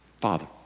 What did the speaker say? Father